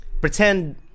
pretend